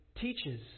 teaches